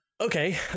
Okay